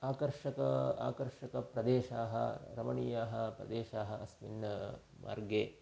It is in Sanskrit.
आकर्षक आकर्षकप्रदेशाः रमणीयाः प्रदेशाः अस्मिन् मार्गे